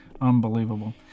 Unbelievable